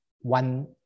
one